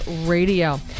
Radio